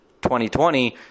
2020